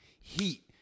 Heat